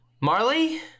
Marley